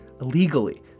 illegally